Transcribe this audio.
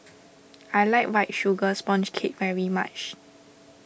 I like White Sugar Sponge Cake very much